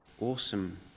awesome